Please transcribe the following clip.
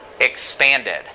expanded